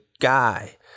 guy